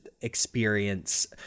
experience